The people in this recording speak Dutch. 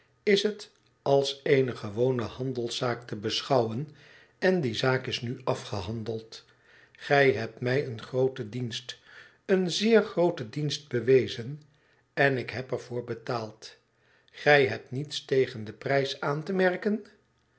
is het als eene gewone handelszaak te beschouwen en die zaak is nu afgehandeld gij hebt mij een grooten dienst een zeer grooten dienst bewezen en ik heb er voor betaald gij hebt niets tegen den prijs aan te merken